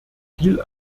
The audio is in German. viel